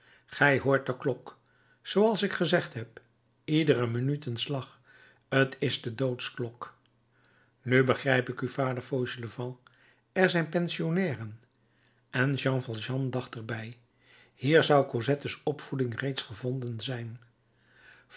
gij hoort de klok zooals ik gezegd heb iedere minuut een slag t is de doodsklok nu begrijp ik u vader fauchelevent er zijn pensionnairen en jean valjean dacht er bij hier zou cosettes opvoeding reeds gevonden zijn